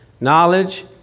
knowledge